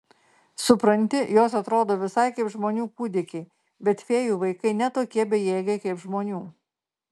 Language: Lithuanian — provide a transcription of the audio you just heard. supranti jos atrodo visai kaip žmonių kūdikiai bet fėjų vaikai ne tokie bejėgiai kaip žmonių